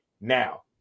now